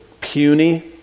puny